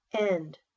End